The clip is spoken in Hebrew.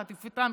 חטיפתם,